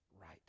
right